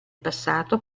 passato